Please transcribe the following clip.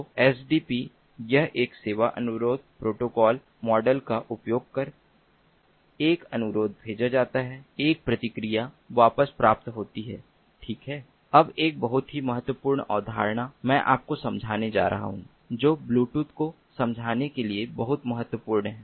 तो एसडीपी यह एक सेवा अनुरोध प्रतिक्रिया मॉडल का उपयोग कर एक अनुरोध भेजा जाता है एक प्रतिक्रिया वापस प्राप्त होती है ठीक है अब एक बहुत ही महत्वपूर्ण अवधारणा मैं आपको समझाने जा रहा हूं जो ब्लूटूथ को समझने के लिए बहुत महत्वपूर्ण है